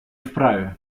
вправе